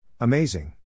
Amazing